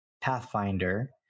Pathfinder